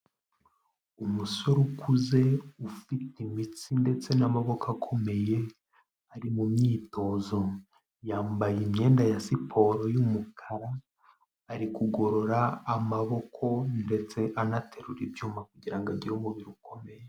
Umusore ukuze ufite imitsi ndetse n'amaboko akomeye, ari mu myitozo, yambaye imyenda ya siporo y'umukara, ari kugorora amaboko ndetse anaterura ibyuma kugira ngo agire umubiri ukomeye.